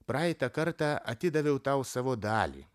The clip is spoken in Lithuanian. praeitą kartą atidaviau tau savo dalį